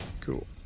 cool